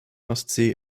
ostsee